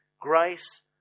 Grace